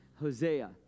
Hosea